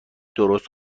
درست